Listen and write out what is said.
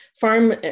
farm